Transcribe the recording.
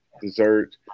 dessert